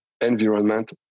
environment